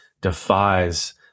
defies